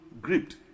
gripped